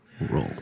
roll